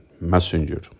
messenger